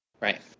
Right